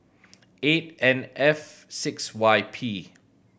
eight N F six Y P